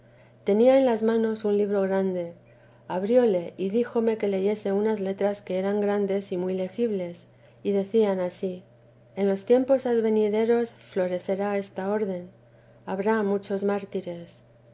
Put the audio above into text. tenía en las manos un libro grande abrióle y díjome que leyese unas letras que eran grandes y muy legibles y decían ansí en los tiempos advenideros florecerá esta orden habrá muchos mártires